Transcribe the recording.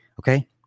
Okay